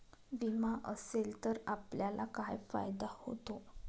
विमा असेल तर आपल्याला काय फायदा होतो?